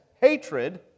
hatred